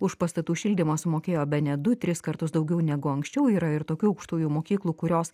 už pastatų šildymą sumokėjo bene du tris kartus daugiau negu anksčiau yra ir tokių aukštųjų mokyklų kurios